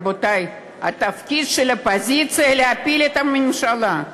רבותי, התפקיד של האופוזיציה הוא להפיל את הממשלה.